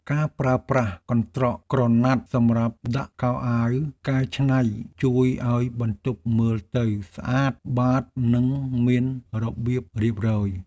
ការប្រើប្រាស់កន្ត្រកក្រណាត់សម្រាប់ដាក់ខោអាវកែច្នៃជួយឱ្យបន្ទប់មើលទៅស្អាតបាតនិងមានរបៀបរៀបរយ។